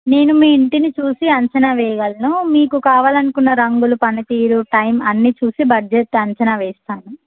నేను మీ ఇంటిని చూసి అంచనా వేయగలను మీకు కావాలనుకున్న రంగులు పనితీరు టైం అన్ని చూసి బడ్జెట్ అంచనా వేస్తాను